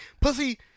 pussy